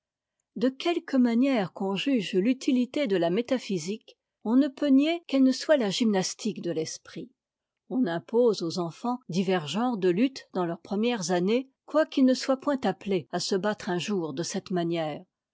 de quelque manière qu'on juge l'utilité de la métaphysique on ne peut nier qu'eiïe ne soit la gymnastique de l'esprit on impose aux enfants divers genres de lutte dans leurs premières années quoiqu'ils ne soient point appelés à se battre un jour de cette manière